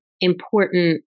important